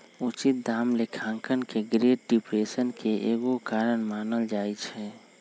उचित दाम लेखांकन के ग्रेट डिप्रेशन के एगो कारण मानल जाइ छइ